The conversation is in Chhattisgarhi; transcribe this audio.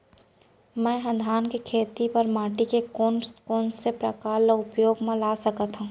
मै ह धान के खेती बर माटी के कोन कोन से प्रकार ला उपयोग मा ला सकत हव?